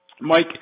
Mike